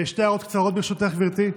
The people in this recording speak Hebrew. שתי הערות קצרות, ברשותך, גברתי: